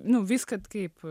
nu vis kad kaip